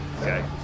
Okay